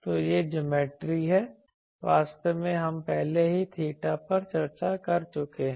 तो यह ज्योमेट्री है वास्तव में हम पहले ही थीटा पर चर्चा कर चुके हैं